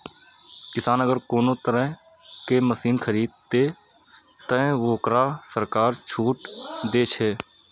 किसान अगर कोनो तरह के मशीन खरीद ते तय वोकरा सरकार छूट दे छे?